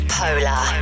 polar